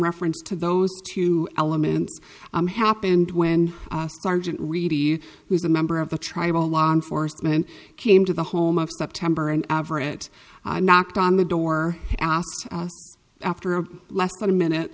reference to those two elements happened when largent reidy who's a member of the tribal law enforcement came to the home of september and average it knocked on the door after him less than a minute